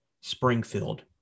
Springfield